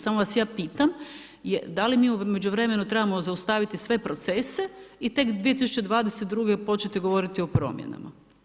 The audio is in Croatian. Samo vas ja pitam, da li mi u međuvremenu trebamo zaustaviti sve procese i tek 2022. početi govoriti o promjenama?